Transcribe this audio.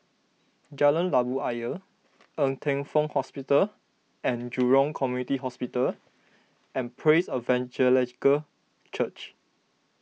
Jalan Labu Ayer Ng Teng Fong Hospital and Jurong Community Hospital and Praise Evangelical Church